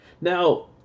Now